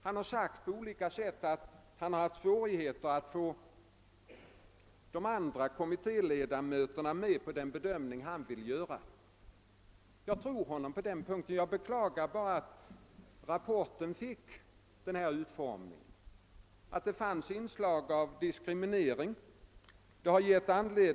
Han har emellertid sagt att han på olika sätt har haft svårigheter att få de andra kommittéledamöterna med på den bedömning han velat göra. Jag tror honom på den punkten. Jag beklagar bara att rapporten fick en sådan utformning att det finns inslag av diskriminering.